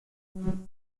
zur